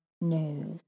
news